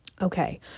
okay